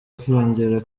kwiyongera